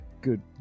Good